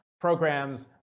programs